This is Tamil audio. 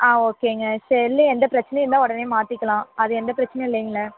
ஆ ஓகேங்க செல்லு எந்த பிரச்சினையும் இருந்தால் உடனே மாற்றிக்கலாம் அது எந்த பிரச்சினையும் இல்லைங்கல்ல